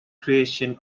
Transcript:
creation